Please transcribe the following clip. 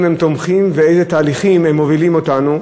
הם תומכים ובאיזה תהליכים הם מובילים אותנו.